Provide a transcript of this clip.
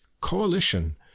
Coalition